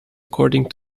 according